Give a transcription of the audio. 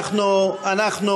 אדוני,